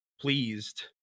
pleased